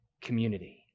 community